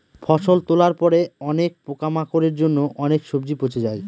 ফসল তোলার পরে অনেক পোকামাকড়ের জন্য অনেক সবজি পচে যায়